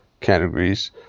categories